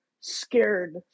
scared